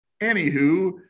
Anywho